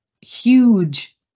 huge